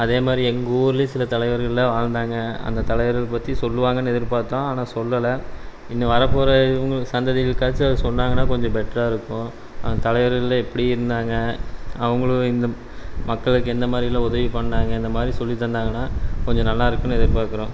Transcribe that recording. அதே மாதிரி எங்கூர்லேயும் சில தலைவர்கள்லாம் வாழ்ந்தாங்க அந்த தலைவர்கள் பற்றி சொல்வாங்கன்னு எதிர்பாத்தோம் ஆனால் சொல்லலை இன்னும் வரப்போகிற இவங்களுக்கு சந்ததிகளுக்காச்சும் அது சொன்னாங்கன்னா கொஞ்சம் பெட்டரா இருக்கும் அந்த தலைவர்கள்லாம் எப்படி இருந்தாங்க அவங்களும் இந்த மக்களுக்கு எந்த மாதிரில்லாம் உதவி பண்ணாங்க இந்தமாதிரி சொல்லித் தந்தாங்கன்னா கொஞ்சம் நல்லா இருக்குதுன்னு எதிர்பார்க்குறோம்